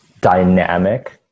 dynamic